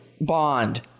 Bond